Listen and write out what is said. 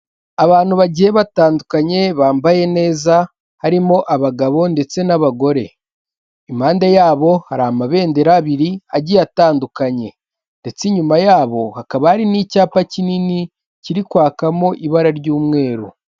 Abantu bagiye batandukanye bambaye neza harimo abagabo ndetse n'abagore, impande yabo hari amabendera abiri agiye atandukanye ndetse inyuma yabo hakaba hari n'icyapa kinini kiri kwakamo ibara ry'umweru.